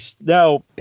now